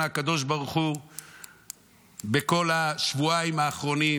הקדוש ברוך הוא בכל השבועיים האחרונים,